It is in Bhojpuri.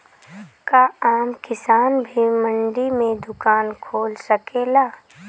का आम किसान भी मंडी में दुकान खोल सकेला?